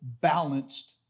balanced